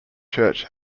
church